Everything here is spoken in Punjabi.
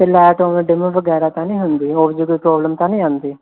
ਤੇ ਲੈਟ ਉਵੇਂ ਡੀਮ ਵਗੈਰਾ ਤਾਂ ਨੀ ਹੁੰਦੀ ਹੋਰ ਕਿੱਤੇ ਪ੍ਰੋਬਲਮ ਤਾਂ ਨੀ ਆਉਂਦੀ